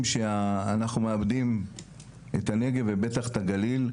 שאנחנו מאבדים את הנגב ובטח את הגליל.